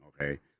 okay